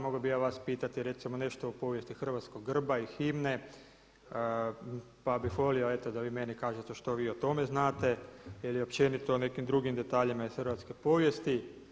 Mogao bih ja vas pitati recimo nešto o povijesti hrvatskog grba i himne, pa bih volio eto da vi meni kažete što vi o tome znate ili općenito o nekim drugim detaljima iz hrvatske povijesti.